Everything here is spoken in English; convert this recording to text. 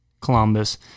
Columbus